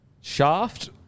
shaft